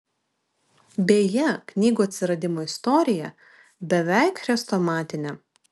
beje knygų atsiradimo istorija beveik chrestomatinė